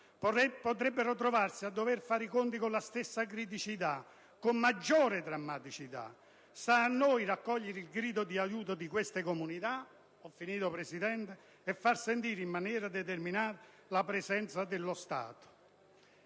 potrebbero trovarsi a dover fare i conti con le stesse criticità, anche con maggiore drammaticità. Sta a noi raccogliere il grido di aiuto di queste comunità e far sentire, in maniera determinata, la presenza dello Stato